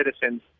citizens